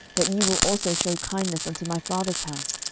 that ye will also shew kindness unto my father's house,